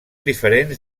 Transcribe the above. diferents